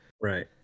Right